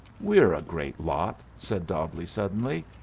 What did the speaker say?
we're a great lot! said dobbleigh suddenly.